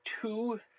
two